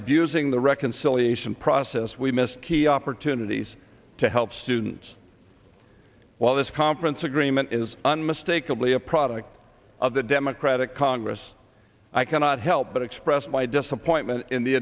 abusing the reconciliation process we missed key opportunities to help students while this conference agreement is unmistakably a product of the democratic congress i cannot help but express my disappointment in the